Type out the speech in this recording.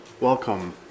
welcome